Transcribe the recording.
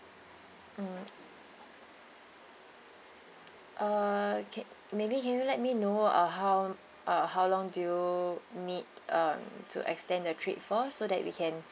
mm okay maybe can you let me know uh how uh how long do you need uh to extend the trip for so that we can